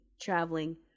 traveling